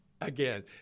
Again